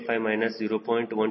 185 0